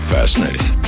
Fascinating